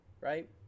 right